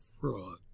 fraud